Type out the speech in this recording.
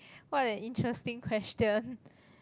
what an interesting question